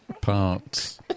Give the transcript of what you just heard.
parts